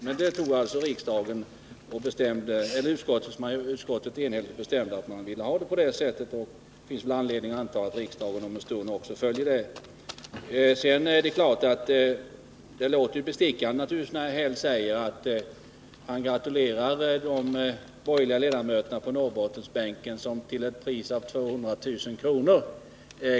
Men utskottet bestämde alltså enhälligt att man ville ha den professuren, och det finns väl anledning att anta att riksdagen om en stund också följer utskottet. Sedan låter det naturligtvis bestickande när Karl-Erik Häll gratulerar de borgerliga ledamöterna på Norrbottensbänken, som till ett pris av 200 000 kr.